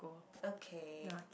okay